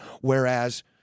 whereas